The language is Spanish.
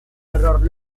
error